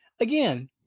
Again